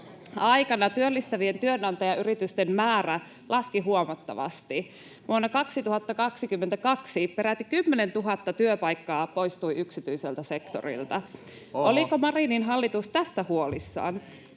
aikana työllistävien työnantajayritysten määrä laski huomattavasti. Vuonna 2022 peräti 10 000 työpaikkaa poistui yksityiseltä sektorilta. [Oikealta: Ohhoh!] Oliko Marinin hallitus tästä huolissaan?